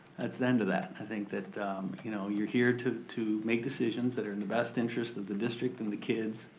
that's the end of that. i think that you know you're here to to make decisions that are in the best interest of the district and the kids.